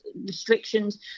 restrictions